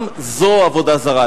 גם זו עבודה זרה,